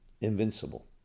invincible